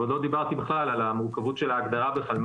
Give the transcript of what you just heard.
ועוד לא דיברתי בכלל על המורכבות של ההגדרה בכלל,